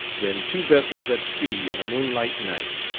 than two vessels at sea on a moonlight night,